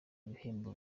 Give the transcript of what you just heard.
ibihembo